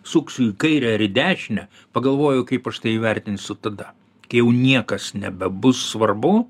suksiu į kairę ar į dešinę pagalvoju kaip aš tai įvertinsiu tada kai jau niekas nebebus svarbu